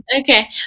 Okay